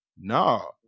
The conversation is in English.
No